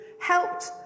helped